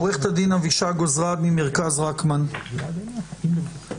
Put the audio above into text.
עו"ד אבישג עוזרד ממרכז רקמן, בבקשה.